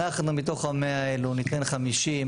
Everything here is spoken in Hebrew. אנחנו מתוך ה-100 האלה ניתן 50,